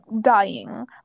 dying